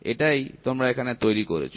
এটাই তোমরা এখানে তৈরি করেছ